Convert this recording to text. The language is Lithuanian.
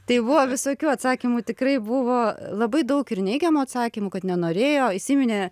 tai buvo visokių atsakymų tikrai buvo labai daug ir neigiamų atsakymų kad nenorėjo įsiminė